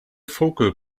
focal